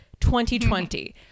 2020